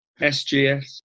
SGS